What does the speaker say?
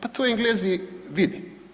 Pa to Englezi vidi.